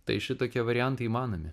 tai šitokie variantai įmanomi